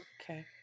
okay